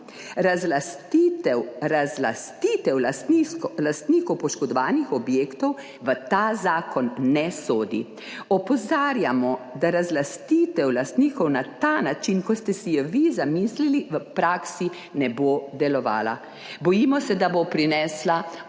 Razlastitev lastnikov poškodovanih objektov v ta zakon ne sodi. Opozarjamo, da razlastitev lastnikov na ta način, kot ste si jo vi zamislili, v praksi ne bo delovala. Bojimo se, da bo prinesla